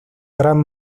gran